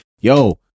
yo